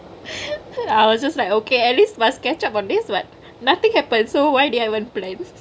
I was just like okay at least must catch up on this what nothingk happened so why do I wouldn't blades